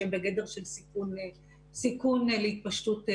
שהן בגדר של סיכון רחב להתפשטות.